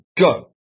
go